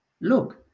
look